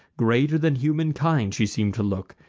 greater than humankind she seem'd to look,